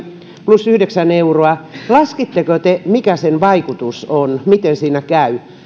plus yhdeksän euroa laskitteko te mikä sen vaikutus on miten siinä käy